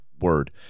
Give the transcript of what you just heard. word